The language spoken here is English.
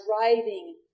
driving